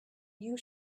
you